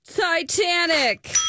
Titanic